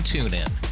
TuneIn